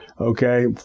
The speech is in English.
Okay